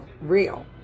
real